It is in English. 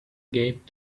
gave